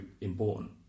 important